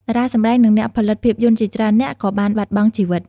តារាសម្ដែង និងអ្នកផលិតភាពយន្តជាច្រើននាក់ក៏បានបាត់បង់ជីវិត។